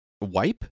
Wipe